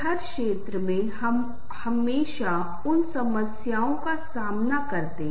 यह सामंजस्यपूर्ण राग प्रमुख कॉर्ड आम तौर पर सकारात्मक लग रहे हैं या हर्ष और खुशी की भावना व्यक्त करते हैं